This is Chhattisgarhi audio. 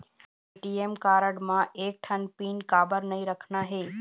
ए.टी.एम कारड म एक ठन पिन काबर नई रखना हे?